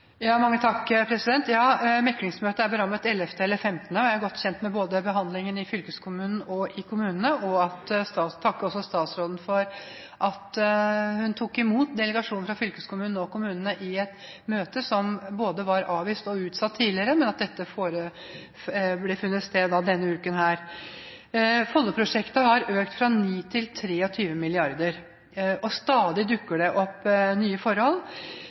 eller 15., og jeg er godt kjent med behandlingen i både fylkeskommunen og kommunene. Jeg takker statsråden for at hun tok imot delegasjonen fra fylkeskommunen og kommunene i et møte som er blitt både avvist og utsatt tidligere, men som fant sted denne uken. Folloprosjektet har økt fra 9 mrd. kr til 23 mrd. kr, og stadig dukker det opp nye forhold.